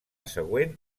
següent